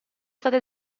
state